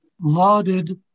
Lauded